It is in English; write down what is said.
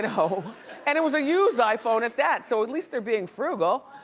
and and it was a used iphone at that so at least they're being frugal.